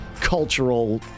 cultural